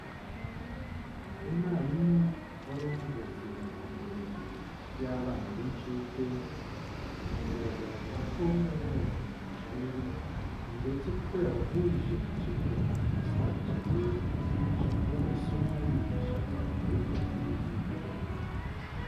Umwarimu wari uhagaze imbere y'abana b'inshuke, biragaragara ko bari bagiye ku ishuri ndetse kuko yabahurije mu kibuga ahantu hisanzuye, ashobora kuba kuba hari isomo yabigishaga ryerekeranye n'imyidagaduro.